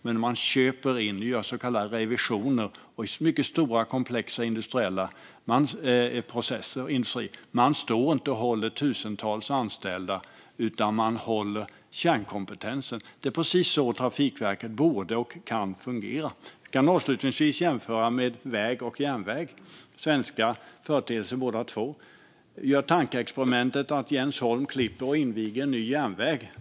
Men man köper in och gör så kallade revisioner. Det är mycket stora och komplexa industriella processer. Man står inte och håller tusentals anställda, utan man håller kärnkompetensen. Det är precis så Trafikverket borde och kan fungera. Jag kan avslutningsvis jämföra mellan väg och järnväg. Det är svenska företeelser båda två. Gör tankeexperimentet att Jens Holm invigde en ny järnväg!